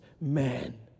man